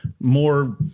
more